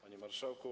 Panie Marszałku!